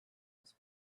was